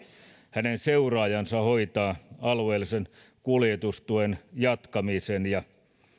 hänen seuraajansa hoitaa alueellisen kuljetustuen jatkamisen ja